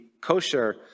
kosher